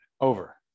over